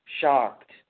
shocked